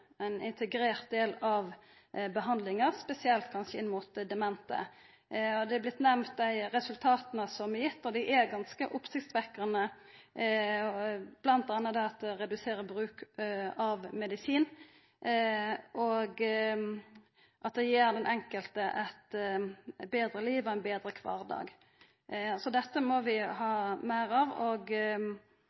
ein integrert del av behandlinga, spesielt for demente. Resultata som dette har gitt, har vorte nemnde, og dei er ganske oppsiktsvekkjande bl.a. ved at dei reduserer bruk av medisin, og at dei gir den enkelt eit betre liv og ein betre kvardag. Dette må vi ha meir av, og